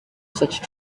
such